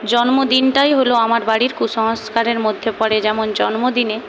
জন্মদিনটাই হলো আমার বাড়ির কুসংস্কার মধ্যে পরে যেমন জন্মদিনে